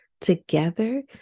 together